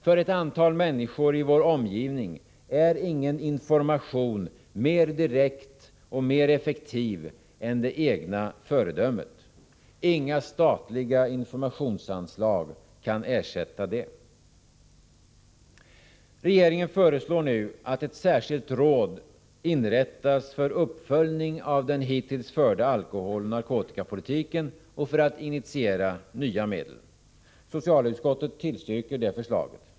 För ett antal människor i vår omgivning är ingen information mer direkt och effektiv än vårt eget föredöme. Inga statliga informationsanslag kan ersätta det. Regeringen föreslår nu att ett särskilt råd inrättas för uppföljning av den förda alkoholoch narkotikapolitiken och för att initiera nya medel. Utskottet tillstyrker detta förslag.